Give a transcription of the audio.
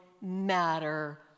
matter